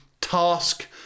task